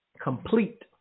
Complete